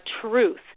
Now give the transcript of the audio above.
truth